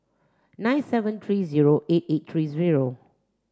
nine seven three zero eight eight three zero